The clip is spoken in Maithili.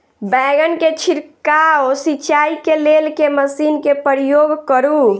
बैंगन केँ छिड़काव सिचाई केँ लेल केँ मशीन केँ प्रयोग करू?